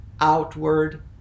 outward